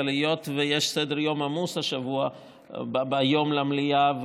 אבל היות שיש סדר-יום עמוס השבוע והיום במליאה,